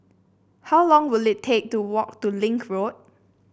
how long will it take to walk to Link Road